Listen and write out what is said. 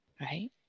right